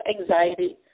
anxiety